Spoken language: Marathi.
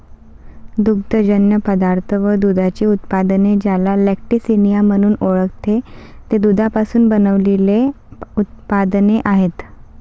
दुग्धजन्य पदार्थ व दुधाची उत्पादने, ज्याला लॅक्टिसिनिया म्हणून ओळखते, ते दुधापासून बनविलेले उत्पादने आहेत